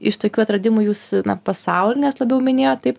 iš tokių atradimų jūs na pasaulinės labiau minėjot taip